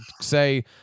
say